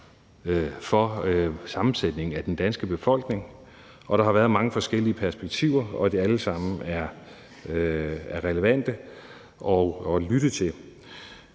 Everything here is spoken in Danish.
for sammensætningen af den danske befolkning, og der har været mange forskellige perspektiver, og de er alle sammen relevante at lytte til.